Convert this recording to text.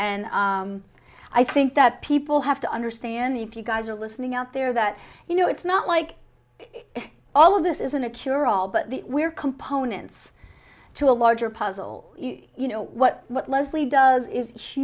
and i think that people have to understand if you guys are listening out there that you know it's not like all of this isn't a cure all but we're components to a larger puzzle you know what what leslie does i